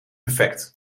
perfect